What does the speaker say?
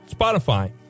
Spotify